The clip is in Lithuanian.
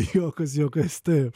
juokas juokais taip